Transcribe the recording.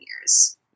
years